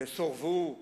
סורבו,